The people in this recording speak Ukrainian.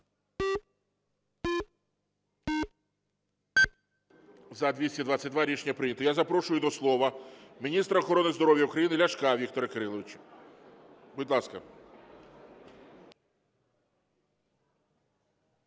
За-222 Рішення прийнято. Я запрошую до слова міністра охорони здоров'я України Ляшка Віктора Кириловича. Будь ласка.